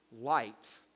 light